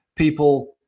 People